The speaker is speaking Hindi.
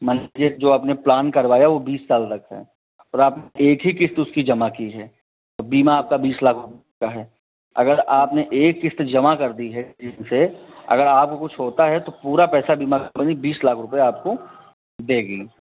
मान लीजिए जो आपने प्लान करवाया वो बीस साल तक है और आप एक ही किश्त उसकी जमा की है बीमा आपका बीस लाख रुपये का है अगर आपने एक किश्त जमा कर दी है इससे अगर आपको कुछ होता है तो पूरा पैसा बीमा का करीब बीस लाख रुपये आपको देगी